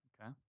okay